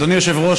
אדוני היושב-ראש,